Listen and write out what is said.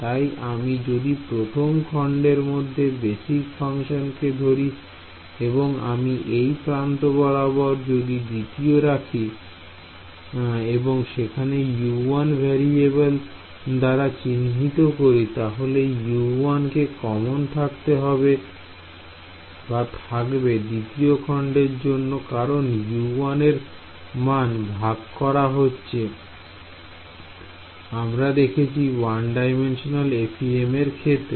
তাই আমি যদি প্রথম খন্ডের মধ্যে বেসিক ফাংশনকে ধরি এবং আমি এই প্রান্ত বরাবর যদি দ্বিতীয় রাখি এবং সেখান U1 ভেরিএবেল দাঁড়া চিহ্নিত করি তাহলে U1 টি কমন থাকবে দ্বিতীয় খন্ডের জন্য কারণ U1 এর মান ভাগ করা হচ্ছে আমরা দেখেছি 1D FEM এর ক্ষেত্রে